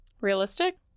realistic